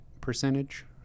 percentage